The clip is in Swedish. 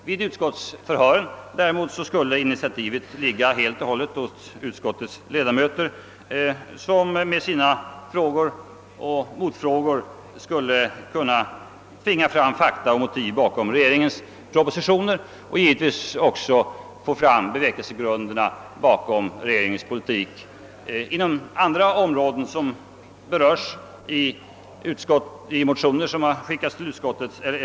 Vid utskottsförhören skulle däremot initiativet helt ligga hos utskottens ledamöter, som med sina frågor och motfrågor skulle kunna tvinga fram fakta och motiv bakom regeringens propositioner liksom bevekelsegrunderna till regeringens politik på de områden som berörs i motioner som remitterats till utskotten.